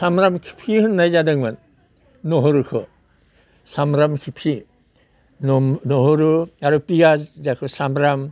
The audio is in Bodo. सामब्राम खिफि होननाय जादोंमोन नहरुखौ सामब्राम खिफि नहरु आरो फियास जायखौ सामब्राम